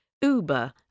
Uber